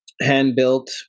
Hand-built